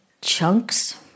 Chunks